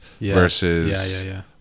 versus